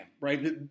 right